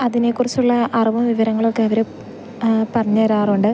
അതിനെ കുറിച്ചുള്ള അറിവും വിവരങ്ങൾ ഒക്കെ അവർ പറഞ്ഞ് തരാറുണ്ട്